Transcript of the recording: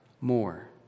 more